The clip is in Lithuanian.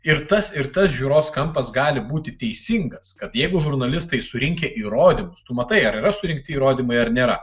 ir tas ir tas žiūros kampas gali būti teisingas kad jeigu žurnalistai surinkę įrodymus tu matai ar yra surinkti įrodymai ar nėra